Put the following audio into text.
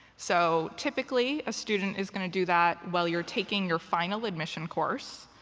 so typically, a student is going to do that while you're taking your final admission course.